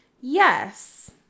Yes